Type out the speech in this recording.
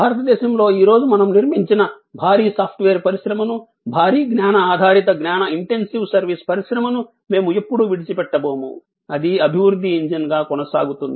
భారతదేశంలో ఈ రోజు మనం నిర్మించిన భారీ సాఫ్ట్వేర్ పరిశ్రమను భారీ జ్ఞాన ఆధారిత జ్ఞాన ఇంటెన్సివ్ సర్వీస్ పరిశ్రమను మేము ఎప్పుడూ విడిచిపెట్టబోము అది అభివృద్ధి ఇంజిన్గా కొనసాగుతుంది